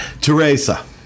Teresa